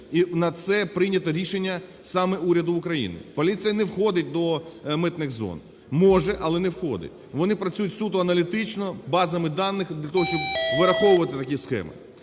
і на це прийнято рішення саме уряду України. Поліція не входить до митних зон, може, але не входить. Вони працюють суто аналітично, базами даних для того, щоб вираховувати такі схеми.